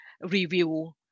review